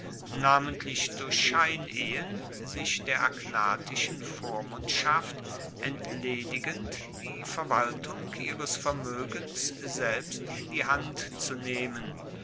namentlich durch scheinehen sich der agnatischen vormundschaft entledigend die verwaltung ihres vermoegens selbst in die hand zu nehmen